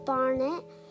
Barnett